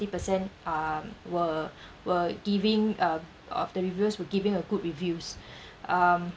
percent um were were giving uh of the reviews were giving a good reviews um